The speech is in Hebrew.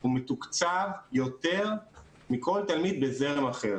הוא מתוקצב יותר מכל תלמיד בזרם אחר.